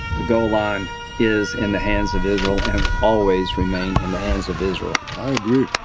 the goal line is in the hands of israel and always remain in the hands of israel. i agree.